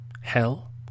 Hell